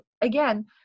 again